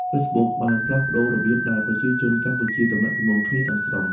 Facebook បានផ្លាស់ប្ដូររបៀបដែលប្រជាជនកម្ពុជាទំនាក់ទំនងគ្នា ទាំងស្រុង។